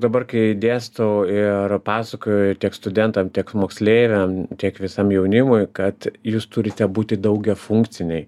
dabar kai dėstau ir pasakoju ir tiek studentam tiek moksleiviam tiek visam jaunimui kad jūs turite būti daugiafunkciniai